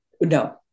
No